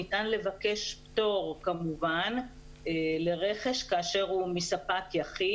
אפשר לבקש פטור לרכש כאשר הוא מספק יחיד.